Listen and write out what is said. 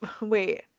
wait